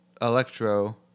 Electro